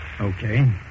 Okay